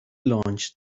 launched